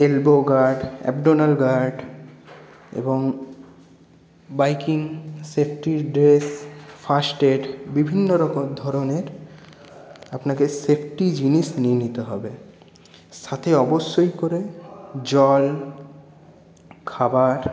elbow guard abdominal guard এবং biking সেফটির dress first aid বিভিন্ন রকম ধরনের আপনাকে সেফটি জিনিস নিয়ে নিতে হবে সাথে অবশ্যই করে জল খাবার